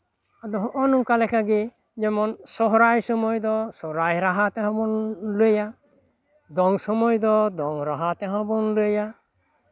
ᱟᱫᱚ ᱦᱚᱸᱜᱼᱚ ᱱᱚᱝᱠᱟ ᱞᱮᱠᱟᱜᱮ ᱡᱮᱢᱚᱱ ᱥᱚᱦᱨᱟᱭ ᱥᱚᱢᱚᱭ ᱫᱚ ᱥᱚᱦᱨᱟᱭ ᱨᱟᱦᱟ ᱛᱮᱦᱚᱸ ᱵᱚᱱ ᱞᱟᱹᱭᱟ ᱫᱚᱝ ᱥᱚᱢᱚᱭ ᱫᱚ ᱫᱚᱝ ᱨᱟᱦᱟ ᱛᱮᱦᱚᱸ ᱵᱚᱱ ᱞᱟᱹᱭᱟ